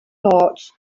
large